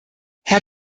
herr